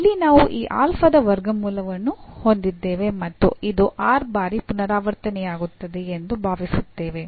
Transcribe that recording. ಇಲ್ಲಿ ನಾವು ಈ ಆಲ್ಫಾದ ವರ್ಗಮೂಲವನ್ನು ಹೊಂದಿದ್ದೇವೆ ಮತ್ತು ಇದು r ಬಾರಿ ಪುನರಾವರ್ತನೆಯಾಗುತ್ತದೆ ಎಂದು ಭಾವಿಸುತ್ತೇವೆ